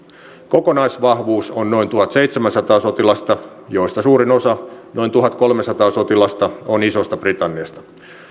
kokonaisvahvuus on noin tuhatseitsemänsataa sotilasta joista suurin osa noin tuhatkolmesataa sotilasta on isosta britanniasta